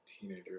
teenager